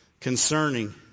concerning